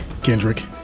Kendrick